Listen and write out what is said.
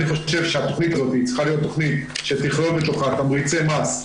אני חושב שהתוכנית הזאת צריכה להיות תוכנית שתכלול בתוכה תמריצי מס,